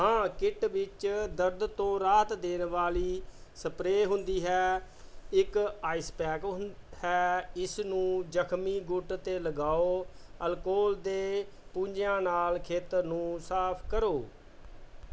ਹਾਂ ਕਿੱਟ ਵਿੱਚ ਦਰਦ ਤੋਂ ਰਾਹਤ ਦੇਣ ਵਾਲੀ ਸਪਰੇਅ ਹੁੰਦੀ ਹੈ ਇੱਕ ਆਈਸ ਪੈਕ ਹੁੰ ਹੈ ਇਸ ਨੂੰ ਜ਼ਖਮੀ ਗੁੱਟ 'ਤੇ ਲਗਾਓ ਅਲਕੋਹਲ ਦੇ ਪੂੰਝਿਆਂ ਨਾਲ ਖੇਤਰ ਨੂੰ ਸਾਫ਼ ਕਰੋ